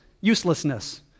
uselessness